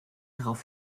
darauf